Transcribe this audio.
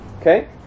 Okay